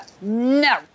no